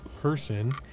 person